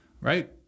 Right